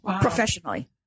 professionally